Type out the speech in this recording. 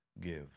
give